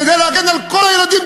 כדי להגן על כל הילדים,